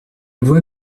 voix